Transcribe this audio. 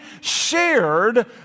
shared